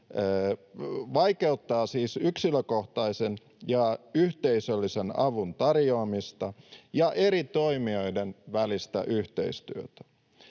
vaikeuttaa yhteisöllisen ja yksilökohtaisen avun tarjoamista ja eri toimijoiden välistä yhteistyötä.